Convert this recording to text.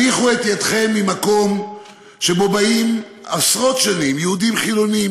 הניחו את ידיכם ממקום שבו באים עשרות שנים יהודים חילונים,